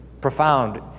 profound